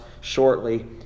shortly